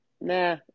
nah